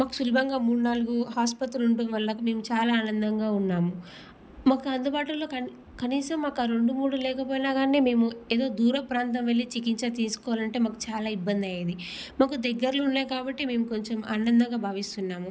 మాకు సులభంగా మూడ్నాలుగు హాస్పత్రులుండడం వల్ల మేము చాలా ఆనందంగా ఉన్నాము మాకు అందుబాటులో కని కనీసం ఆ రెండు మూడు లేకపోయినా గానీ మేము ఏదో దూర ప్రాంతం వెళ్ళి చికిత్స తీసుకోవాలంటే మాకు చాలా ఇబ్బందయ్యేది మాకు దగ్గర్లో ఉన్నాయి కాబట్టి మేము కొంచెం ఆనందంగా భావిస్తున్నాము